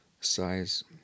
size